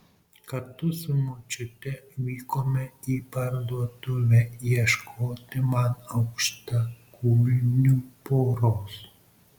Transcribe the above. kartu su močiute vykome į parduotuvę ieškoti man aukštakulnių poros